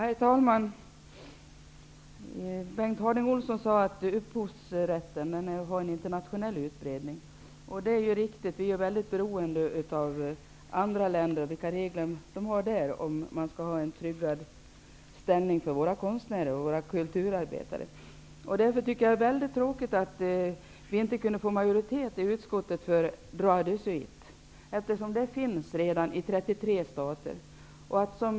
Herr talman! Bengt Harding Olson sade att upphovsrätten har en internationell utbredning. Det är riktigt. Vi är väldigt beroende av reglerna i andra länder om vi skall kunna trygga ställningen för våra konstnärer och kulturarbetare. Därför tycker jag att det är väldigt tråkigt att vi inte kunde få majoritet i utskottet för droit de suite, eftersom en sådan redan finns i 33 stater.